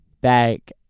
back